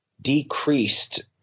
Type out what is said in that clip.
decreased